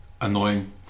annoying